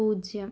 പൂജ്യം